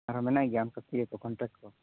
ᱟᱨᱦᱚᱸ ᱢᱮᱱᱟ ᱜᱮᱭᱟ ᱚᱱᱠᱟ ᱤᱭᱟᱹ ᱠᱚ ᱠᱚᱱᱴᱟᱠ ᱠᱚ